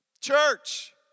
Church